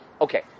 Okay